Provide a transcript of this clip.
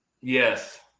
Yes